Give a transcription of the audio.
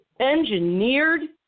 engineered